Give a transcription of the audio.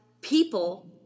people